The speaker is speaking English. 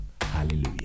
Hallelujah